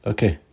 Okay